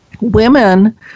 women